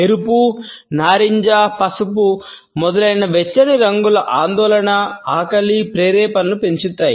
ఎరుపు నారింజ పసుపు మొదలైన వెచ్చని రంగులు ఆందోళన ఆకలి ప్రేరేపణలను పెంచుతాయి